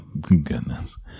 Goodness